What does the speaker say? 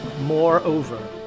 moreover